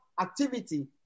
activity